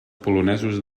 polonesos